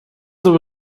there